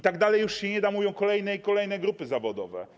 Tak dalej już się nie da - mówią kolejne i kolejne grupy zawodowe.